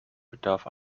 bedarf